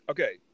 Okay